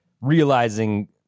realizing